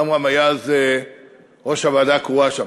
עמרם היה אז ראש הוועדה הקרואה שם.